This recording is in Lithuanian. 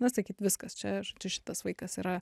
na sakyt viskas čia žodžiu šitas vaikas yra